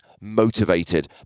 motivated